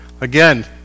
Again